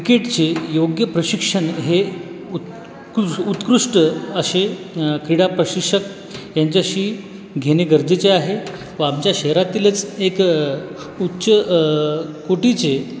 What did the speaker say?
क्रिकेटचे योग्य प्रशिक्षण हे उतकुश उत्कृष्ट असे क्रीडा प्रशिक्षक यांच्याशी घेणे गरजेचे आहे व आमच्या शहरातीलच एक उच्च कोटीचे